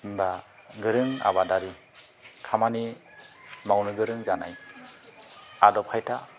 दा गोरों आबादारि खामानि मावनो गोरों जानाय आदब खायदा